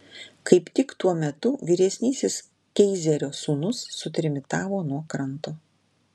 kaip tik tuo metu vyresnysis keizerio sūnus sutrimitavo nuo kranto